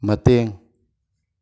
ꯃꯇꯦꯡ